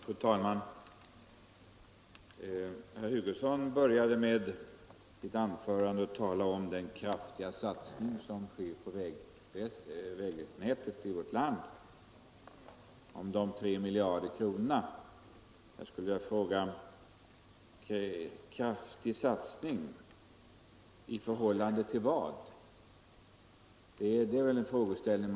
Fru talman! Herr Hugosson började sitt anförande med att tala om den kraftiga satsning som sker på vägnätet i vårt land och om de av regeringen föreslagna 3 miljarder kronorna. Jag skulle vilja fråga: Kraftig satsning — i förhållande till vad? Det är väl frågeställningen.